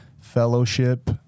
fellowship